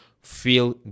feel